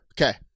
Okay